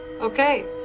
Okay